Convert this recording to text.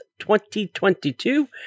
2022